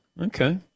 Okay